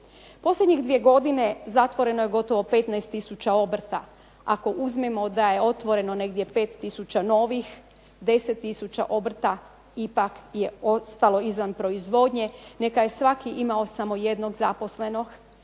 Posljednje dvije godine zatvoreno je gotovo 15 tisuća obrta ako uzmemo da je otvoreno 5 tisuća novih, 10 tisuća obrata ipak je ostalo izvan proizvodnje. Neka je samo jednog zaposlenog,